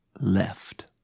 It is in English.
left